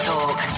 Talk